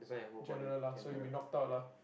general lah so you will be knocked out lah